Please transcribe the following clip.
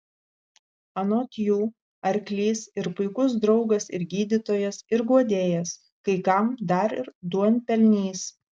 anot jų arklys ir puikus draugas ir gydytojas ir guodėjas kai kam dar ir duonpelnys